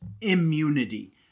Immunity